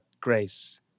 Grace